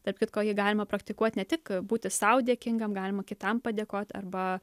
tarp kitko jį galima praktikuot ne tik būti sau dėkingam galima kitam padėkoti arba